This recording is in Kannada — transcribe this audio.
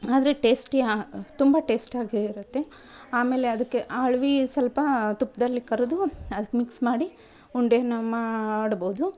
ಆದರೆ ಟೇಸ್ಟಿ ತುಂಬ ಟೇಸ್ಟಾಗೇ ಇರುತ್ತೆ ಆಮೇಲೆ ಅದಕ್ಕೆ ಆಳ್ವೀ ಸ್ವಲ್ಪಾ ತುಪ್ಪದಲ್ಲಿ ಕರಿದು ಅದಕ್ಕೆ ಮಿಕ್ಸ್ ಮಾಡಿ ಉಂಡೇನ ಮಾಡ್ಬೋದು